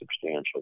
substantial